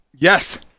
Yes